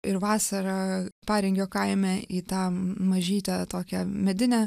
ir vasarą paringio kaime į tą mažytę tokią medinę